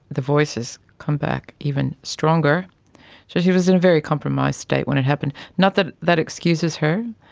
the voices come back even stronger, so she was in a very compromised state when it happened. not that that excuses her.